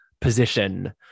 position